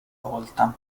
volta